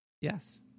Yes